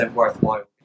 worthwhile